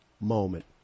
moment